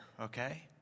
okay